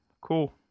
Cool